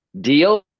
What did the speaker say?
deal